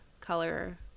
color